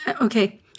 Okay